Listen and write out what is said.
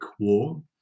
War